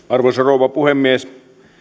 arvoisa rouva puhemies